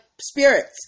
spirits